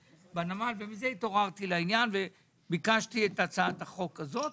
מזה התעוררתי לעניין וביקשתי את הצעת החוק הזו,